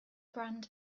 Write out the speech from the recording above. brand